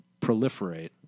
proliferate